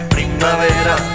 Primavera